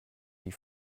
die